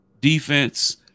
defense